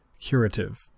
curative